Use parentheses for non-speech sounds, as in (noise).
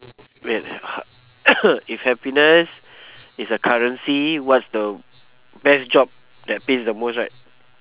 wait c~ (coughs) if happiness is a currency what's the best job that pays the most right